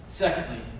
Secondly